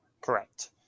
Correct